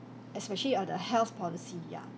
especially all the health policy ya